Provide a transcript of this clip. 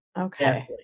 okay